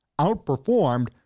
outperformed